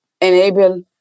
enable